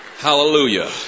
hallelujah